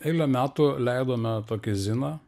eilę metų leidome tokį ziną